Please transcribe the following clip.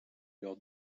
leur